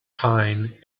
pine